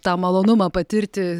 tą malonumą patirti